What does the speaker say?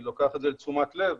אני לוקח את זה לתשומת לב,